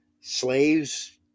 Slaves